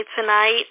tonight